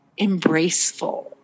embraceful